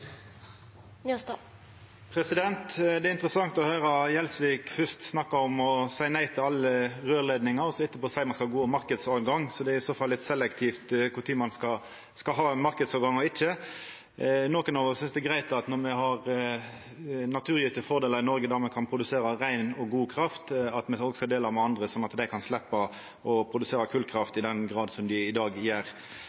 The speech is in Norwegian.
alternativ. Det er interessant å høyra Gjelsvik fyrst snakka om å seia nei til alle røyrleidningar og etterpå seia at me skal ha god marknadstilgang. Det er i så fall litt selektivt kva tid ein skal ha marknadstilgang og ikkje. Når me har naturgjevne fordelar i Noreg og kan produsera rein og god kraft, synest nokre av oss det er greitt at me òg deler med andre sånn at dei kan sleppa å produsera